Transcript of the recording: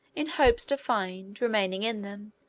in hopes to find, remaining in them,